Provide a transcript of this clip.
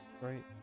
right